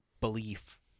belief